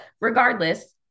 regardless